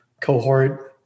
cohort